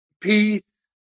peace